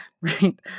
Right